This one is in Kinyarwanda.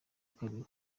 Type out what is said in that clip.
kabiri